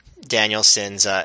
Danielson's –